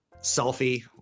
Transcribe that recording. selfie